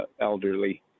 elderly